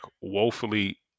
woefully